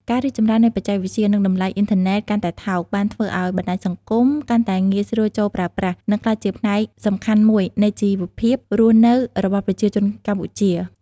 ការរីកចម្រើននៃបច្ចេកវិទ្យា និងតម្លៃអុីនធឺណិតកាន់តែថោក បានធ្វើឱ្យបណ្តាញសង្គមកាន់តែងាយស្រួលចូលប្រើប្រាស់ និងក្លាយជាផ្នែកសំខាន់មួយនៃជីវភាពរស់នៅរបស់ប្រជាជនកម្ពុជា។